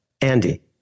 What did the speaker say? Andy